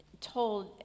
told